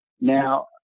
Now